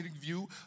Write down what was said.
view